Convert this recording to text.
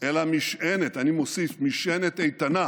אלא משענת, אני מוסיף, משענת איתנה,